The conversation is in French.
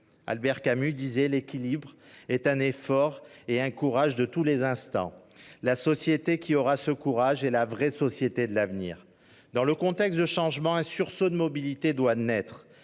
le réalisme. « L'équilibre est un effort et un courage de tous les instants. La société qui aura ce courage est la vraie société de l'avenir »,